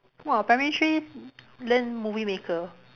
!wah! primary three learn movie maker